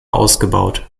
ausgebaut